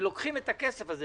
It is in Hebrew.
ולוקחים את הכסף הזה,